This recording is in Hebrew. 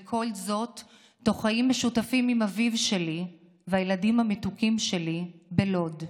וכל זאת תוך חיים משותפים עם אביב שלי והילדים המתוקים שלי בלוד,